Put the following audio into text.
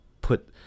put